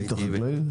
היית חקלאי?